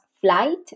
flight